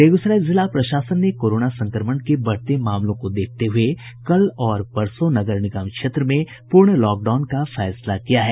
बेगूसराय जिला प्रशासन ने कोरोना संक्रमण के बढ़ते मामलों को देखते हुए कल और परसों नगर निगम क्षेत्र में पूर्ण लॉकडाउन का फैसला किया है